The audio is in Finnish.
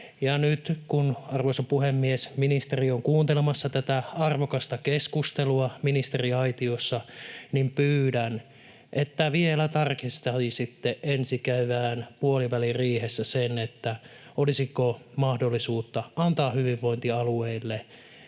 Nyt kun, arvoisa puhemies, ministeri on kuuntelemassa tätä arvokasta keskustelua ministeriaitiossa, pyydän, että vielä tarkistaisitte ensi kevään puoliväliriihessä, olisiko mahdollisuutta antaa hyvinvointialueilla